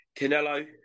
Canelo